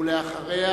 ואחריה,